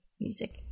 music